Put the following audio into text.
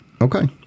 Okay